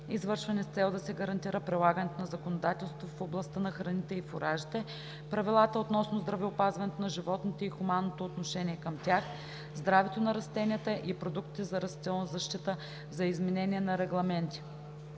извършвани с цел да се гарантира прилагането на законодателството в областта на храните и фуражите, правилата относно здравеопазването на животните и хуманното отношение към тях, здравето на растенията и продуктите за растителна защита, за изменение на регламенти